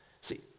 See